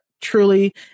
truly